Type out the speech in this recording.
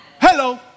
Hello